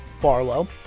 Barlow